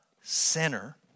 sinner